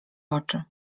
oczy